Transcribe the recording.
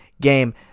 game